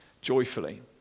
joyfully